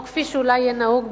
או כפי שאולי יהיה נהוג בהמשך,